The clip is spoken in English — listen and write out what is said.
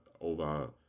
over